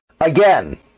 Again